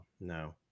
no